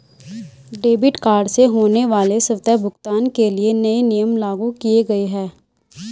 debit card से होने वाले स्वतः भुगतान के लिए नए नियम लागू किये गए है